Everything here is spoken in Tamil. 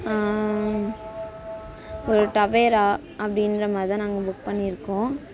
ஒரு டவேரா அப்படின்ற மாதிரி தான் நாங்கள் புக் பண்ணியிருக்கோம்